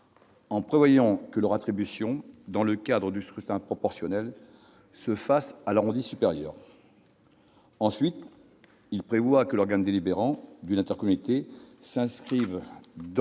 en prévoyant que celle-ci se fasse, dans le cadre du scrutin proportionnel, à l'arrondi supérieur. Ensuite, il vise à prévoir que l'organe délibérant d'une intercommunalité inscrive dans